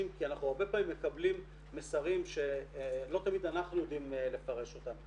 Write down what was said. כי אנחנו הרבה פעמים מקבלים מסרים שלא תמיד אנחנו יודעים לפרש אותם.